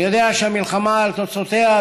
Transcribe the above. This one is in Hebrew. אני יודע שהמלחמה על תוצאותיה,